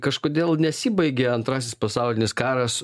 kažkodėl nesibaigė antrasis pasaulinis karas